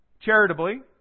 Charitably